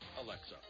Alexa